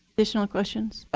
additional questions?